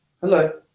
hello